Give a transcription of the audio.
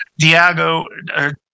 diago